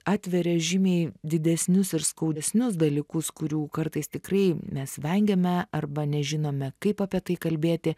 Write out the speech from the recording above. atveria žymiai didesnius ir skaudesnius dalykus kurių kartais tikrai mes vengiame arba nežinome kaip apie tai kalbėti